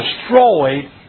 destroyed